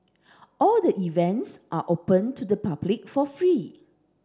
all the events are open to the public for free